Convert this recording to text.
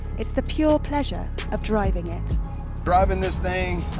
it's the pure pleasure of driving it driving this thing,